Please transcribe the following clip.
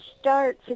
start